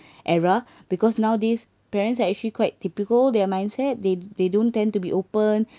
era because nowadays parents are actually quite typical their mindset they they don't tend to be open